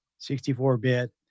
64-bit